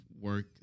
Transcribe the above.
work